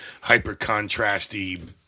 hyper-contrasty